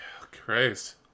Christ